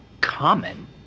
common